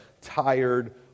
tired